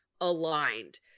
aligned